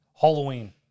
Halloween